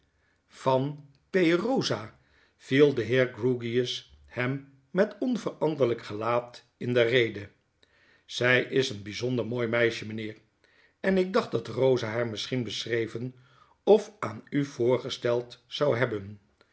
van p rosa viel de heer grewgious hem met onveranderlyk gelaat in de rede zy is een bijzonder mooi meisje mynheer en ik dacht dat rosa haar misschien beschreven of aan u voorgesteld zou hebben